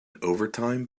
overtime